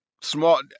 Small